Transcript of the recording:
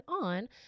on